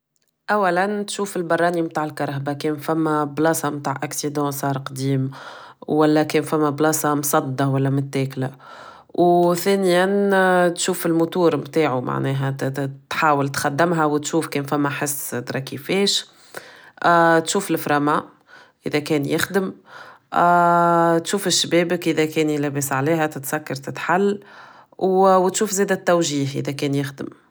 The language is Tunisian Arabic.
اولا تشوف البراني متاع الكهرباء فما بلاصة متاع accèdent صار قديم ولا كان فما بلاصة مصددة ولا متاكلة و ثانيا تشوف الموتور متاعو معناه تحاول تخدمها و تشوف كان فما حس طرا كيفاش تشوف frain a main كان يخدم تشوف الشبابك اذا كان يلبس عليها تسكر تتحل و تشوف زادة التوجيه اذا كان يخدم